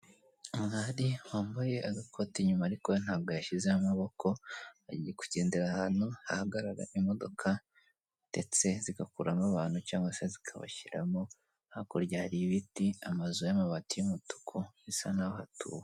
Umwari wambaye agakoti inyuma ariko ntabwo yashyizeho amaboko, ari kugendera ahantu hagarara imodoka ndetse zikabakuramo abantu cyangwa se zikabashyiramo, hakurya hari ibiti, amazu y'amabati y'umutuku bisa n'aho hatuwe.